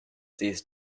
these